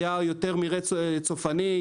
היו יותר מרעה צופני,